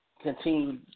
continue